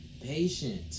patient